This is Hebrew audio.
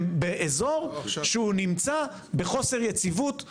באזור שהוא נמצא בחוסר יציבות משווע.